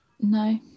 No